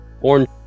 orange